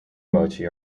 mochi